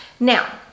Now